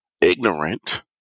ignorant